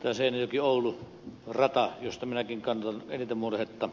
tämä seinäjokioulu rata josta minäkin kannan eniten murhetta